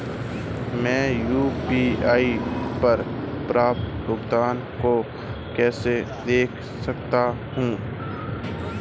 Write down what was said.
मैं यू.पी.आई पर प्राप्त भुगतान को कैसे देख सकता हूं?